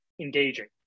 engaging